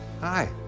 hi